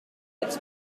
its